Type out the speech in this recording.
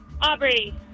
Aubrey